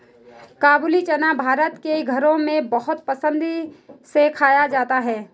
काबूली चना भारत के घरों में बहुत पसंद से खाया जाता है